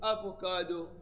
Avocado